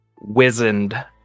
wizened